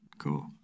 Cool